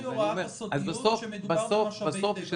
הוראת הסודיות כשמדובר במשאבי הטבע שלנו.